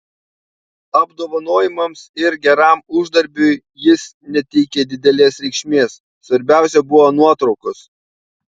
apdovanojimams ir geram uždarbiui jis neteikė didelės reikšmės svarbiausia buvo nuotraukos